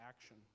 action